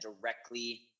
directly